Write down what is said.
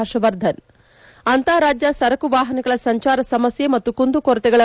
ಹರ್ಷವರ್ಧನ್ ಅಂತಾರಾಜ್ಯ ಸರಕು ವಾಹನಗಳ ಸಂಚಾರ ಸಮಸ್ನೆ ಮತ್ತು ಕುಂದುಕೊರತೆಗಳ